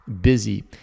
busy